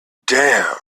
damn